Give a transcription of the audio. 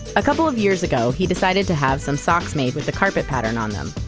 a couple of years ago he decided to have some socks made with the carpet pattern on them.